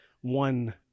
one